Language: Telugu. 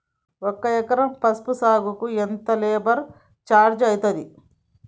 ఒక ఎకరం పసుపు సాగుకు ఎంత లేబర్ ఛార్జ్ అయితది?